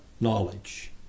knowledge